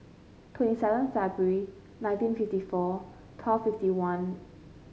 twenty seven February nineteen fifty four twelve fifty one